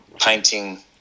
painting